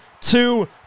two